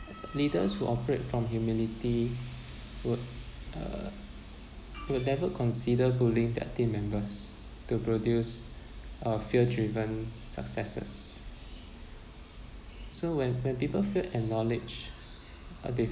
leaders who operate from humility would uh would never consider bullying their team members to produce uh fear-driven successes so when when people feel acknowledged uh they